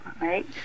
right